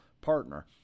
partner